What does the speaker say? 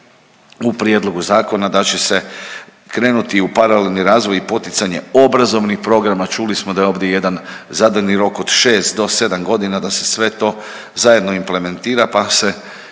u prijedlog zakona da će se krenuti u paralelni razvoj i poticanje obrazovnih programa. Čuli smo da je ovdje jedan zadani rok od 6-7 godina da se sve to zajedno implementira pa se